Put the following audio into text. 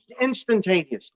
instantaneously